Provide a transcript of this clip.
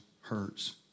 hurts